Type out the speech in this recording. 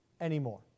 anymore